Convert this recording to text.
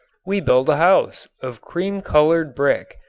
we build a house of cream-colored brick,